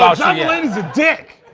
um john mulaney's a dick.